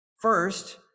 first